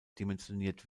dimensioniert